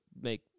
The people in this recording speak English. make